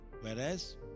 whereas